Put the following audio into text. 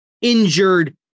injured